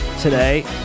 today